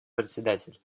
председатель